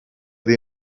dei